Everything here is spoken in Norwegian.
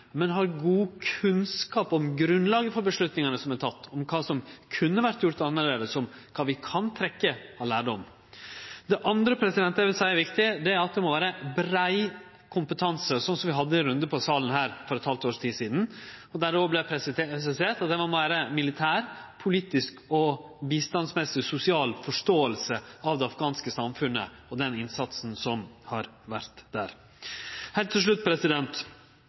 men som har god kunnskap om grunnlaget for avgjerdene som er tekne, om kva som kunne ha vore gjort annleis, der vi kan trekkje lærdom. Det andre eg vil seie er viktig, er at det må vere brei kompetanse, slik vi hadde ei runde om i salen her for eit halvt år sidan, der det òg vart presisert at det må vere militær, politisk og bistandsmessig sosial forståing av det afghanske samfunnet og innsatsen som har vore der. Heilt til slutt: